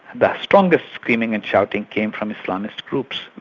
the strongest screaming and shouting came from islamist groups.